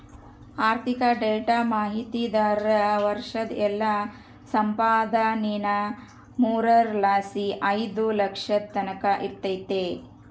ಆರ್ಥಿಕ ಡೇಟಾ ಮಾಹಿತಿದಾರ್ರ ವರ್ಷುದ್ ಎಲ್ಲಾ ಸಂಪಾದನೇನಾ ಮೂರರ್ ಲಾಸಿ ಐದು ಲಕ್ಷದ್ ತಕನ ಇರ್ತತೆ